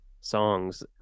songs